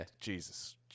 Jesus